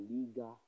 Liga